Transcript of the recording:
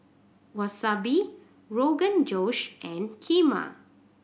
Wasabi Rogan Josh and Kheema